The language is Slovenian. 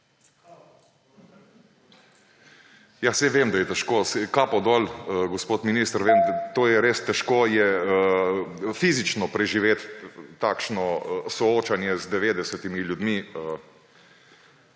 Ja, saj vem, da je težko, kapo dol, gospod minister. Vem, to je res težko, težko je fizično preživeti takšno soočenje z 90 ljudmi,